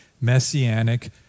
messianic